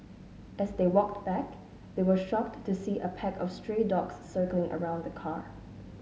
as they walked back they were shocked to see a pack of stray dogs circling around the car